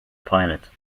pilot